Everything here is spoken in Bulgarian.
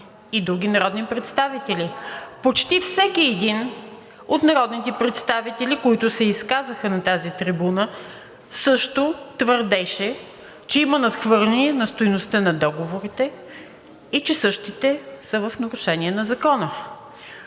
и други народни представители. Почти всеки един от народните представители, които се изказаха на тази трибуна, също твърдеше, че има надхвърляне на стойността на договорите и че същите са в нарушение на закона.